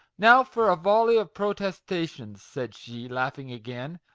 now for a volley of protestations! said she, laughing again.